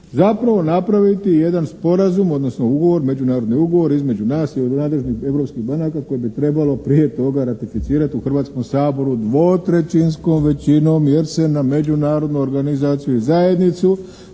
zapravo napraviti jedan sporazum, odnosno ugovor, međunarodni ugovor između nas i nadležnih europskih banaka koje bi trebalo prije toga ratificirati u Hrvatskom saboru dvotrećinskom većinom jer se na Međunarodnu organizaciju i zajednicu